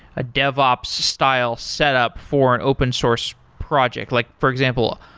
a devops style set up for an open source project? like for example,